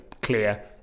clear